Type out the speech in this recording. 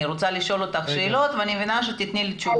אני רוצה לשאול אותך שאלות ואני מבינה שאת תיתני לי תשובות.